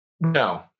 No